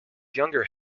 younger